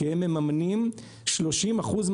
כי הם מממנים סדר גודל של 30 אחוזים